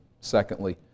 secondly